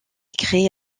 créés